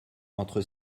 entre